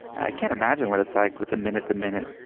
i can't imagine what it's like with the minute to minute